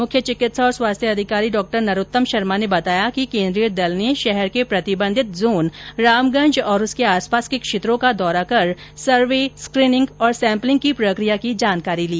मुख्य चिकित्सा और स्वास्थ्य अधिकारी डॉ नरोत्तम शर्मा ने बताया कि केन्द्रीय दल ने शहर के प्रतिबंधित जोन रामगंज और उसके आस पास के क्षेत्रों का दौरा कर सर्वे स्क्रीनिंग और सैम्पलिंग की प्रकिया की जानकारी ली